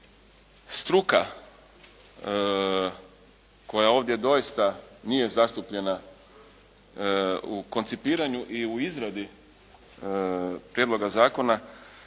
Struka koja ovdje doista nije zastupljena u koncipiranju i u izradi prijedloga zakona